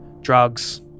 Drugs